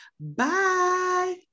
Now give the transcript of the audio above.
Bye